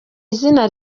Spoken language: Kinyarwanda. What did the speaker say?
izina